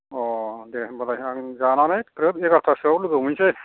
अ दे होनबालाय आं जानानै ग्रोब एगार'तासोआव लोगो हमहैनोसै